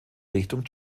richtung